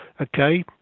okay